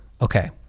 Okay